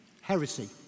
Heresy